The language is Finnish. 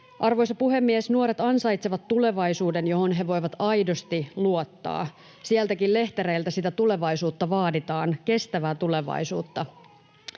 Arvoisa puhemies! Nuoret ansaitsevat tulevaisuuden, johon he voivat aidosti luottaa. [Vauva itkee yleisölehterillä] — Sieltä lehtereiltäkin sitä tulevaisuutta vaaditaan, kestävää tulevaisuutta.